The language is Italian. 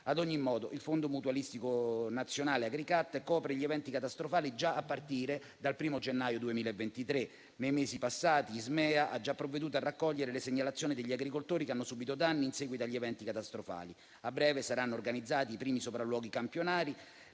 Ad ogni modo, il fondo mutualistico nazionale Agricat copre gli eventi catastrofali già a partire dal 1° gennaio 2023. Nei mesi passati, Ismea ha già provveduto a raccogliere le segnalazioni degli agricoltori che hanno subito danni in seguito agli eventi catastrofali. A breve, saranno organizzati i primi sopralluoghi campionari